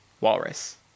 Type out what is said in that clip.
Walrus